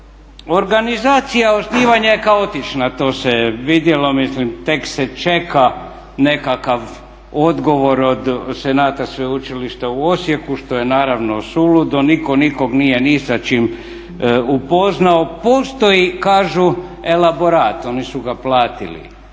Organizacija osnivanja je kaotična, to se vidjelo, mislim tek se čeka nekakav odgovor od Senata Sveučilišta u Osijeku što je naravno suludo, nitko nikog nije ni sa čim upoznao. Postoji kažu elaborat, oni su ga platili